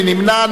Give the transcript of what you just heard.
מי נמנע?